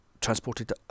transported